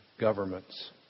governments